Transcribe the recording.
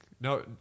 No